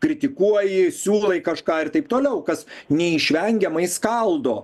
kritikuoji siūlai kažką ir taip toliau kas neišvengiamai skaldo